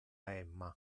emma